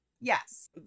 Yes